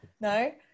No